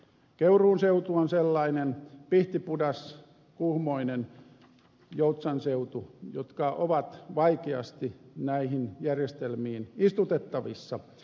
keuruun seutu pihtipudas kuhmoinen joutsan seutu ovat sellaisia että ne ovat vaikeasti näihin järjestelmiin istutettavissa